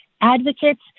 advocates